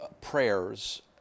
prayers